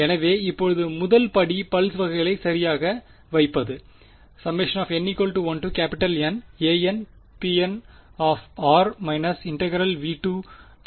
எனவே இப்போது முதல் படி பல்ஸ் வகைகளை சரியாக வைப்பது